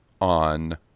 on